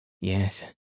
yes